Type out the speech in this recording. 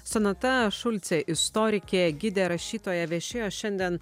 sonata šulcė istorikė gidė rašytoja viešėjo šiandien